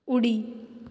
उडी